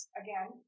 again